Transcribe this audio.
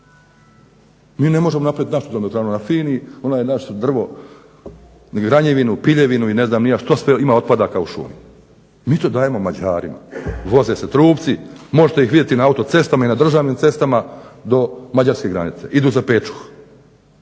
Mi ne možemo napravit našu TE na …/Ne razumije se./…, ona je naše drvo, granjevinu, piljevinu i sve što ima otpada ima u šumi, mi to dajemo Mađarima. Voze se trupci, možete ih vidjeti na autocestama i na državnim cestama, do mađarske granice, idu za Pečuh.